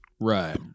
Right